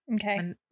Okay